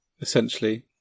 essentially